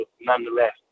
nonetheless